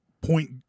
point